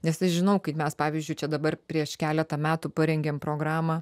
nes aš žinau kaip mes pavyzdžiui čia dabar prieš keletą metų parengėm programą